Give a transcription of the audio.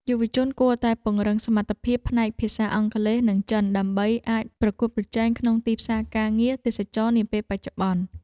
យុវជនគួរតែពង្រឹងសមត្ថភាពផ្នែកភាសាអង់គ្លេស និងចិន ដើម្បីអាចប្រកួតប្រជែងក្នុងទីផ្សារការងារទេសចរណ៍នាពេលបច្ចុប្បន្ន។